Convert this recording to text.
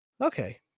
Okay